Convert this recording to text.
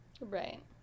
Right